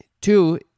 Two